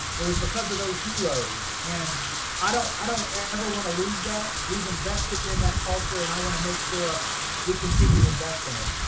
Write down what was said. it was because of those heroes. and i don't i don't ever wanna lose that. we've invested in that culture and i wanna make sure we continue to invest in it.